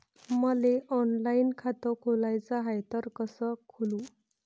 मले ऑनलाईन खातं खोलाचं हाय तर कस खोलू?